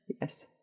Yes